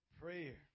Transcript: Prayer